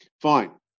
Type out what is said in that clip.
Fine